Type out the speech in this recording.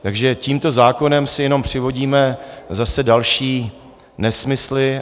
Takže tímto zákonem si jenom přivodíme zase další nesmysly.